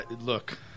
Look